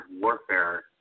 warfare